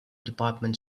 department